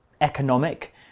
economic